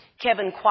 Kevin